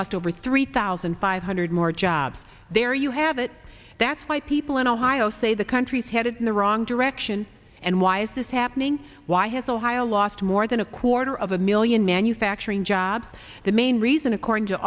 lost over three thousand five hundred more jobs there you have it that's why people in ohio say the country's headed in the wrong direction and why is this happening why has ohio lost more than a quarter of a million manufacturing jobs the main reason according to